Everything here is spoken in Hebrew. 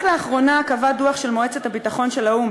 רק לאחרונה קבע דוח של מועצת הביטחון של האו"ם,